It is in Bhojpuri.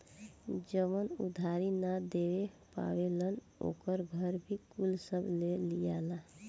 जवन उधारी ना दे पावेलन ओकर घर भी कुल सब ले लियाला